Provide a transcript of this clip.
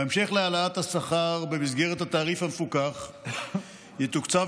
בהמשך להעלאת השכר במסגרת התעריף המפוקח יתוקצב